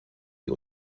die